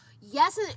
Yes